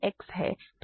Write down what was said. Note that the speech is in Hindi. y प्लस 1 सिर्फ X है